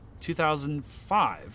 2005